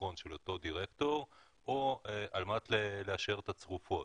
הדרכון של אותו דירקטור או לאשר את הצרופות.